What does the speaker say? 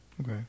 Okay